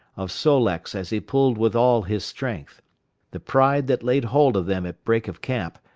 of sol-leks as he pulled with all his strength the pride that laid hold of them at break of camp,